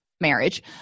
Marriage